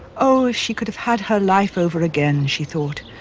oh, if she could have had her life over again, she thought,